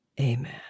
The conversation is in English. Amen